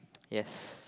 yes